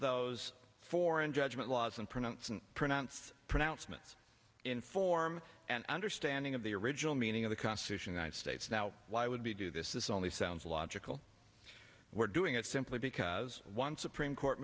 those foreign judgment laws and pronounce and pronounce pronouncements inform an understanding of the original meaning of the constitution and states now why would be do this is only sounds logical we're doing it simply because one supreme court